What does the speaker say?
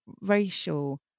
racial